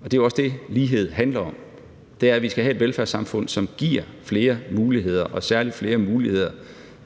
og det er jo også det, lighed handler om. Det er, at vi skal have et velfærdssamfund, som giver flere muligheder og særlig flere muligheder